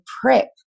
prep